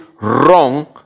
wrong